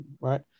right